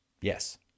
Yes